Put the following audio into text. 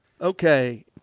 Okay